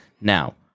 Now